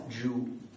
Jew